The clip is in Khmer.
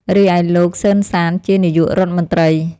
រីឯលោក សឺន សាន ជា នាយករដ្ឋមន្ត្រី ។